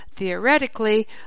theoretically